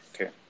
Okay